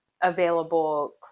available